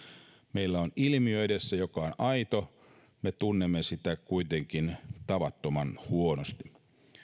meillä on edessä ilmiö joka on aito me tunnemme sitä kuitenkin tavattoman huonosti